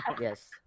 yes